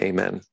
Amen